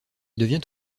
devient